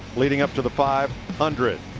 leading up to the five hundred.